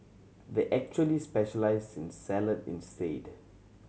they actually specialise in salad instead